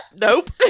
nope